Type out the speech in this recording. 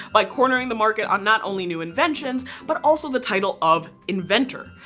by cornering the market on not only new inventions but also the title of inventor.